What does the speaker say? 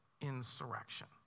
insurrection